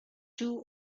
two